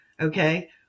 okay